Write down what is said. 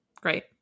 Great